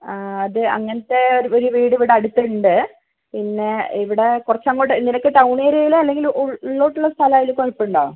ആ അത് അങ്ങനത്തെ ഒരു വീടിവിടെ അടുത്തുണ്ട് പിന്നെ ഇവിടെ കുറച്ചങ്ങോട്ട് നിനക്ക് ടൗൺ ഏരിയയിൽ അല്ലെങ്കിൽ ഉ ഉള്ളിലോട്ടുള്ള സ്ഥലം ആയാൽ കുഴപ്പമുണ്ടോ